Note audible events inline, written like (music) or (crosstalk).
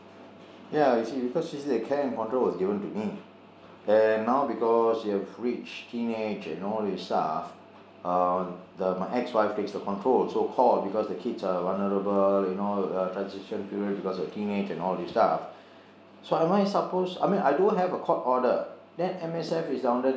ya you see because care and control was given to me and now because they've reached teenage and all these stuff uh the my ex wife takes the control so call because the kids are vulnerable you know uh transition period because of teenage and all these stuff (breath) so am I supposed I mean I do have a court order then M_S_F is down there